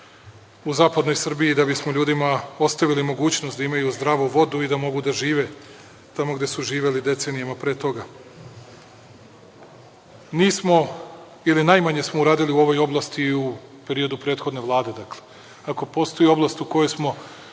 u zapadnoj Srbiji da bismo ljudima ostavili mogućnost da imaju zdravu vodu i da mogu da žive tamo gde su živeli decenijama pre toga. Nismo ili najmanje smo uradili u ovoj oblasti u periodu prethodne Vlade. Ne zbog toga što je